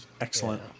Excellent